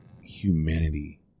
humanity